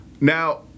Now